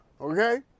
okay